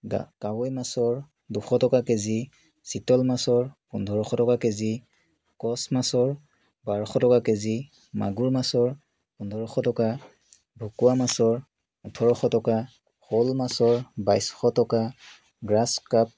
কাৱৈ মাছৰ দুশ টকা কে জি চিতল মাছৰ পোন্ধৰশ টকা কে জি কচ মাছৰ বাৰশ টকা কে জি মাগুৰ মাছৰ পোন্ধৰশ টকা ভকুৱা মাছৰ ওঁঠৰশ টকা শ'ল মাছৰ বাইছশ টকা গ্ৰাছ কাৰ্প